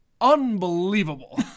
Unbelievable